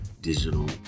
digital